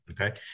Okay